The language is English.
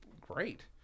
great